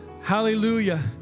Hallelujah